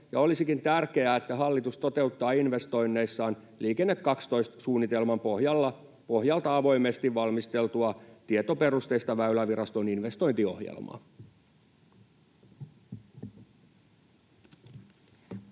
olisikin tärkeää, että hallitus toteuttaa investoinneissaan Liikenne 12 ‑suunnitelman pohjalta avoimesti valmisteltua tietoperusteista Väyläviraston investointiohjelmaa. [Puhuja